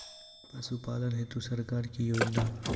पशुपालन हेतु सरकार की योजना?